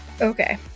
okay